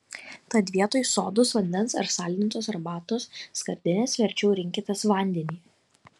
tad vietoj sodos vandens ar saldintos arbatos skardinės verčiau rinkitės vandenį